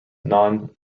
non